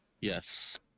Yes